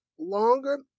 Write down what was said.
Longer